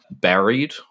buried